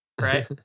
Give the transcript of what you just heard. right